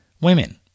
women